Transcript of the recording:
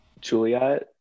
Juliet